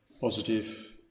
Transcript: positive